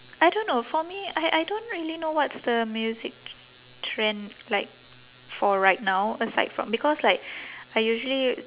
I don't know for me I I don't really know what's the music trend like for right now aside from because like I usually